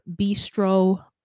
Bistro